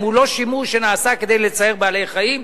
הוא לא שימוש שנעשה כדי לצער בעלי-חיים,